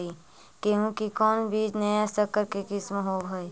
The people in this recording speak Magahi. गेहू की कोन बीज नया सकर के किस्म होब हय?